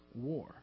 war